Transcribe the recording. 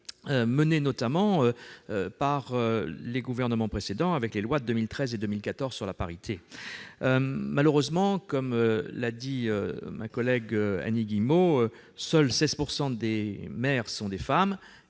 menées notamment par les gouvernements précédents, avec les lois de 2013 et de 2014 sur la parité. Malheureusement, comme l'a dit ma collègue Annie Guillemot, seuls 16 % des maires sont des femmes,